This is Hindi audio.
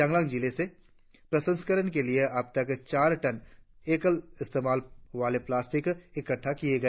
चांगलांग जिले से प्रसंस्करण के लिए अब तक चार टन एकल इस्तेमाल वाला प्लास्टिक इकट्ठा किया गया